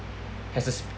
has a s~